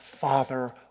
Father